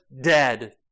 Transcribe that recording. dead